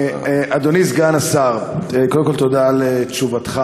אדוני סגן השר, קודם כול, תודה על תשובתך.